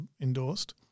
endorsed